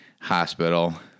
hospital